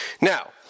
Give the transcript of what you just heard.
Now